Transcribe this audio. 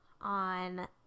On